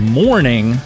morning